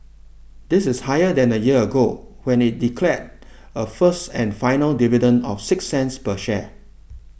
this is higher than a year ago when it declared a first and final dividend of six cents per share